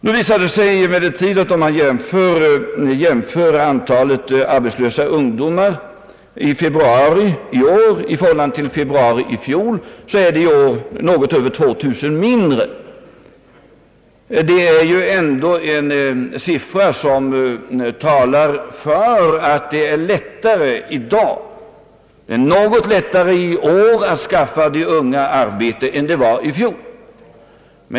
Nu visar det sig emellertid att antalet arbetslösa ungdomar i februari i år var något lägre än i februari i fjol — det var något över 2000 mindre i år. Den siffran antyder ju ändå att det i dag är något lättare att skaffa de unga arbete än det var i fjol.